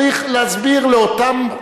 צריך להסביר להם.